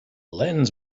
lens